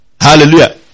Hallelujah